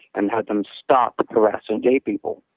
and had them stop harassing gay people.